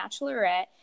bachelorette